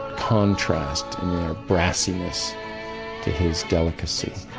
contrast brassiness to his delicacy